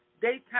Daytime